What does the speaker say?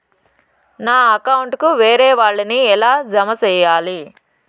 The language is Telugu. నా అకౌంట్ కు వేరే వాళ్ళ ని ఎలా జామ సేయాలి?